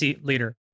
leader